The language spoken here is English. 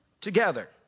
together